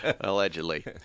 allegedly